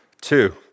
two